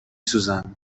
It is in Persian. سوزم